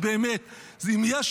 נמנעים,